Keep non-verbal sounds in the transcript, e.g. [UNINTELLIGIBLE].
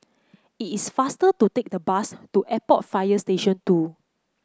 [UNINTELLIGIBLE] it's faster to take the bus to Airport Fire Station Two